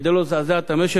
כדי שלא לזעזע את המשק,